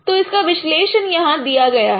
तो इसका विश्लेषण यहां दिया गया है